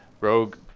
Rogue